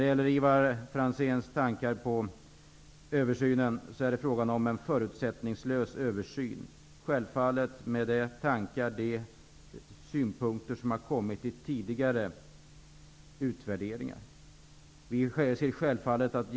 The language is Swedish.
Det är fråga om en förutsättningslös översyn, Ivar Franzén. De synpunkter och tankar som har framkommit i tidigare utvärderingar skall självfallet beaktas.